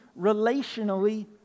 relationally